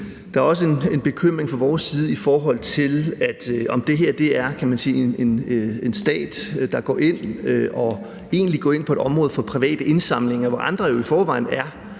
Der er også en bekymring fra vores side, i forhold til om det her handler om, at en stat går ind på et område, der egentlig er for private indsamlinger, hvor andre i forvejen er,